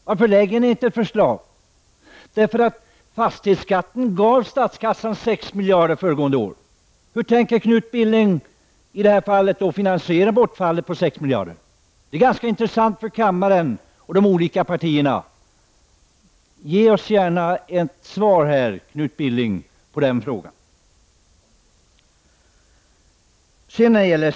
Varför lägger ni inte fram förslag? Fastighetsskatten tillförde statskassan 6 miljarder föregående år. Hur tänker Knut Billing i det här fallet finansiera bortfallet på 6 miljarder? Det är en intressant fråga för kammaren och de olika partierna. Ge oss gärna ett svar på den frågan, Knut Billing.